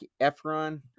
Efron